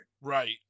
right